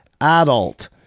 adult